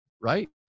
right